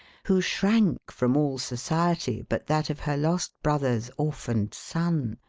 who shrank from all society but that of her lost brother's orphaned son,